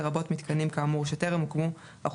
לרבות מיתקנים כאמור שטרם הוקמו אך